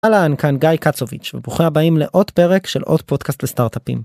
אהלן כאן גיא קצוביץ' וברוכים הבאים לעוד פרק של עוד פודקאסט לסטארטאפים.